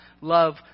love